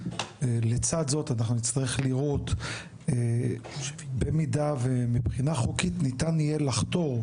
לצד זאת אנחנו נצטרך לראות במידה ומבחינה חוקית ניתן יהיה לחתור